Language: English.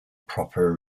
proper